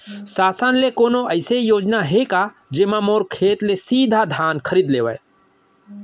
शासन के कोनो अइसे योजना हे का, जेमा मोर खेत ले सीधा धान खरीद लेवय?